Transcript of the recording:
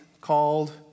called